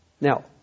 Now